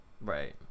Right